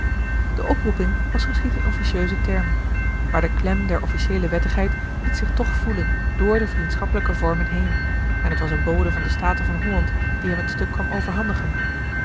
de oproeping was geschied in officieuse termen maar de klem der officiëele wettigheid liet zich toch voelen door de vriendschappelijke vormen heen en t was een bode van de staten van holland die hem het stuk kwam overhandigen